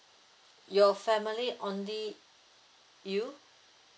your family only you